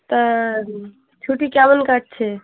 তা ছুটি কেমন কাটছে